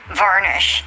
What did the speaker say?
varnish